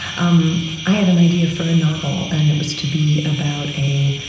um i had an idea for a novel, and it was to be about a